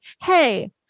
Hey